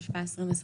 התשפ"א-2021.